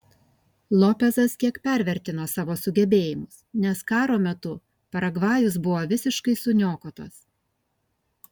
lopezas kiek pervertino savo sugebėjimus nes karo metu paragvajus buvo visiškai suniokotas